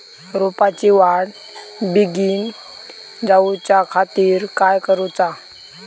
रोपाची वाढ बिगीन जाऊच्या खातीर काय करुचा?